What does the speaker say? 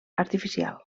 artificial